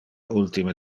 ultime